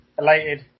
elated